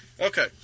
Okay